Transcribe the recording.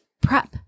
prep